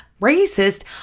racist